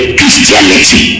christianity